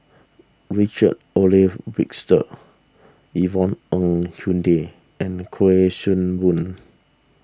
Richard Olaf Yvonne Ng Uhde and Kuik Swee Boon